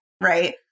right